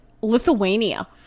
Lithuania